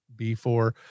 B4